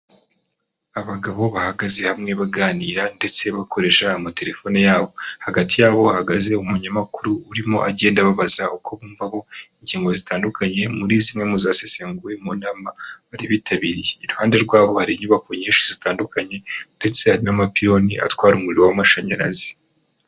Abagabo bahagaze hamwe baganira ndetse bakoresha amatelefone yabo. Hagati yabo bahagaze umunyamakuru urimo agenda ababaza uko bumva ko ingingo zitandukanye muri zimwe mu zasesenguwe mu nama bari bitabiriye. Iruhande rwaho hari inyubako nyinshi zitandukanye, ndetse hari n'amapironi atwara umuriro w'amashanyarazi.